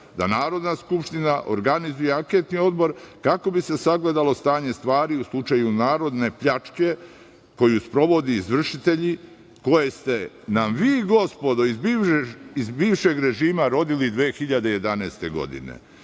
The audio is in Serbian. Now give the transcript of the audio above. da Narodna skupština organizuje anketni odbor, kako bi se sagledalo stanje stvari u slučaju narodne pljačke koju sprovode izvršitelji, koje ste nam vi, gospodo iz bivšeg režima, rodili 2011. godine